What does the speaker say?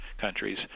countries